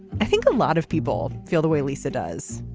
i think a lot of people feel the way lisa does.